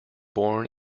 born